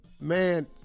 man